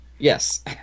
Yes